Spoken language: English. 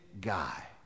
guy